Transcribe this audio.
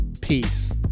Peace